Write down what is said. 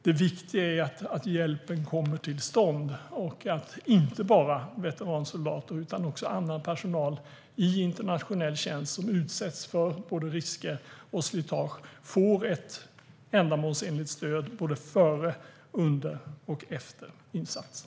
Det viktiga är att hjälpen kommer till stånd och att inte bara veteransoldater utan också annan personal i internationell tjänst som utsätts för både risker och slitage får ett ändamålsenligt stöd före, under och efter insatsen.